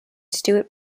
stuart